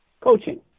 coaching